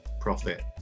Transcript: profit